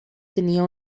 tenia